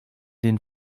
den